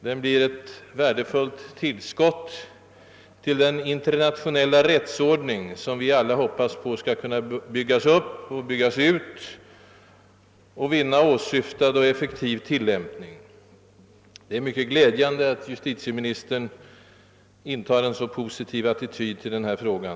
Den blir ett värdefullt tillskott till den internationella rättsordning som vi alla hoppas skall kunna byggas upp och byggas ut och vinna åsyftad och effektiv tillämpning. Det är mycket glädjande att justitieministern intar en så positiv attityd till denna fråga.